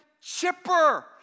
chipper